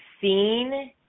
seen